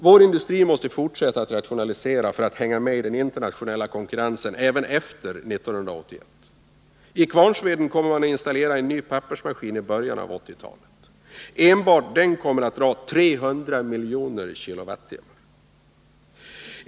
Vår industri måste fortsätta att rationalisera för att hänga med i den internationella konkurrensen även efter 1981. I Kvarnsveden kommer en ny pappersmaskin att installeras i början av 1980-talet. Enbart den kommer att dra 300 miljoner kWh.